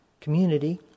community